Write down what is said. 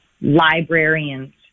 librarians